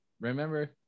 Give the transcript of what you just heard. Remember